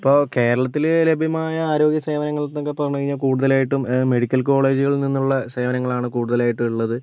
ഇപ്പോൾ കേരളത്തിൽ ലഭ്യമായ ആരോഗ്യ സേവനങ്ങളെന്നൊക്കെ പറഞ്ഞു കഴിഞ്ഞാൽ കുടുതലായിട്ടും മെഡിക്കൽ കോളേജുകളിൽ നിന്നുള്ള സേവനങ്ങളാണ് കൂടുതലായിട്ടും ഉള്ളത്